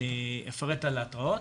אני אפרט על ההתרעות.